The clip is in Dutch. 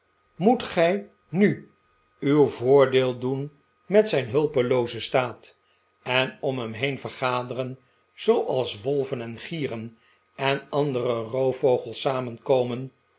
moet gij nu uw voordeel doen met zijn hulpeloozen staat en om hem heen vergaderen zooals wolven en gieren en andere roofvogels samenkomen